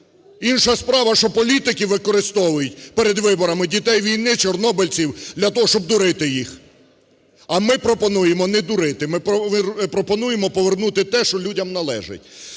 Інша справа, що політики використовують перед виборами дітей війни, чорнобильців для того, щоб дурити їх. А ми пропонуємо не дурити, ми пропонуємо повернути те, що людям належить.